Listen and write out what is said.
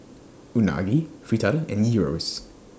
Unagi Fritada and Gyros